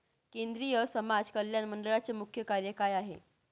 केंद्रिय समाज कल्याण मंडळाचे मुख्य कार्य काय आहे?